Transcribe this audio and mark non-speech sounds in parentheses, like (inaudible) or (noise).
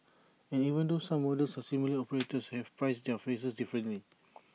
and even though some models are similar (noise) operators have priced their fares differently (noise)